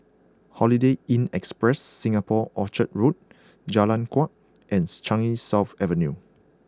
Holiday Inn Express Singapore Orchard Road Jalan Kuak and Changi South Avenue